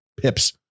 pips